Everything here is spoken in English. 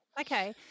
Okay